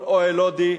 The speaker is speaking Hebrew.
כל אוהל הודי,